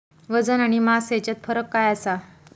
वजन आणि मास हेच्यात फरक काय आसा?